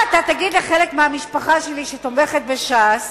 מה אתה תגיד לחלק מהמשפחה שלי שתומכת בש"ס?